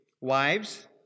Wives